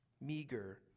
meager